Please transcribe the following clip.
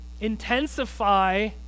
intensify